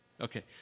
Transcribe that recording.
Okay